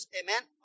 amen